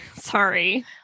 Sorry